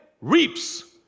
reaps